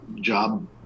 job